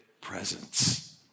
presence